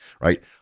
right